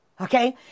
Okay